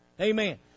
Amen